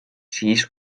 siis